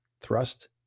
Thrust